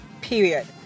period